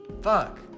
Fuck